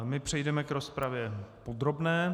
My přejdeme k rozpravě podrobné.